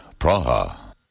Praha